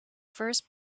first